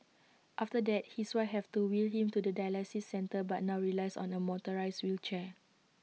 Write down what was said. after that his wife have to wheel him to the dialysis centre but now relies on A motorised wheelchair